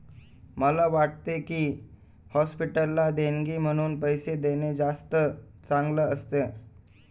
मला वाटतं की, हॉस्पिटलला देणगी म्हणून पैसे देणं जास्त चांगलं असतं